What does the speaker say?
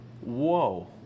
Whoa